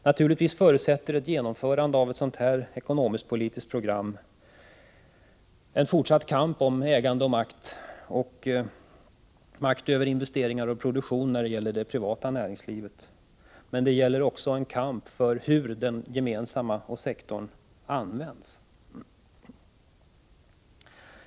Naturligtvis förutsätter ett genomförande av ett sådant här ekonomisktpolitiskt program en fortsatt kamp om ägande och makt liksom makt över investeringar och produktion när det gäller det privata näringslivet. Men det gäller också en kamp för hur den gemensamma sektorn används.